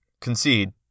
concede